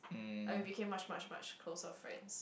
like we became much much much closer friends